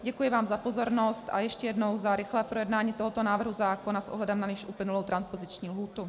Děkuji vám za pozornost a ještě jednou za rychlé projednání tohoto návrhu zákona s ohledem na již uplynulou transpoziční lhůtu.